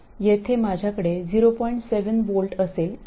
7V असेल आणि येथे 5